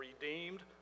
redeemed